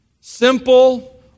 simple